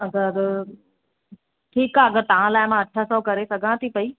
अगरि ठीकु आहे अगरि तव्हां लाइ मां अठ सौ करे सघां थी पई